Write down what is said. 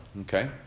Okay